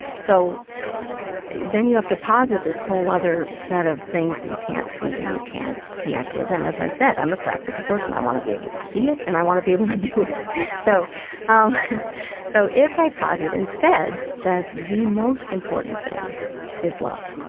so then you have to posit this whole other set of things that you can't see and you can't connect with. and as i said, i'm a practical person. i want to be able to see it and i want to be able to do it so um so if i posit instead that the most important thing is love,